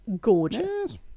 gorgeous